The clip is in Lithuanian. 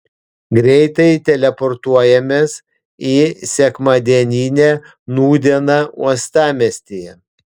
greitai teleportuojamės į sekmadieninę nūdieną uostamiestyje